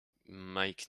mike